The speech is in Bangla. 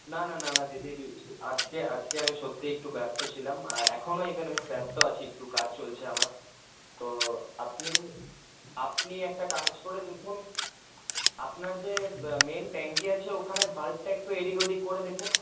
না না না না দিদি আজকে আজকে আমি সত্যিই একটু ব্যস্ত ছিলাম এখনও ইভেন আমি ব্যস্ত আছি একটু কাজ চলছে আমার তো আপনি আপনি একটা কাজ করে দেখুন আপনার যে মেইন ট্যাংক আছে ওখানে ভালভটা একটু এদিক ওদিক করে দেখুন